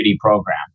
program